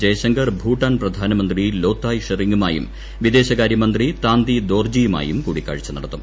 ജയശങ്കർ ഭൂട്ടാൻ പ്രധാനമന്ത്രി ലോതായ് ഷെറിങ്ങിമായും വിദേശകാര്യമന്ത്രി താന്തിദോർജിയുമായും കൂടിക്കാഴ്ച നടത്തും